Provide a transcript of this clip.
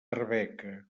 arbeca